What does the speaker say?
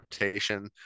rotation